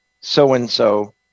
so-and-so